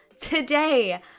Today